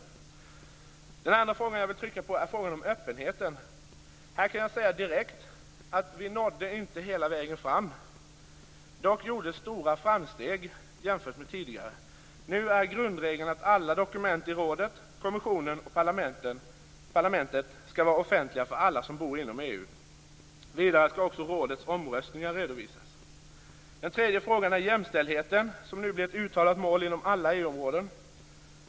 Den andra frågan jag vill trycka på är frågan om öppenhet. Här kan jag säga direkt att vi inte nådde hela vägen fram. Dock gjordes stora framsteg jämfört med tidigare. Nu är grundregeln att alla dokument i rådet, kommissionen och parlamentet skall vara offentliga för alla som bor inom EU. Vidare skall rådets omröstningar redovisas. Den tredje frågan är jämställdheten, som nu blir ett uttalat mål inom alla EU-områden.